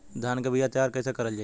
धान के बीया तैयार कैसे करल जाई?